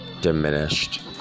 diminished